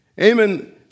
Amen